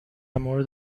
مورد